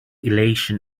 elation